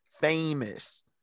Famous